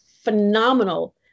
phenomenal